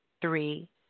three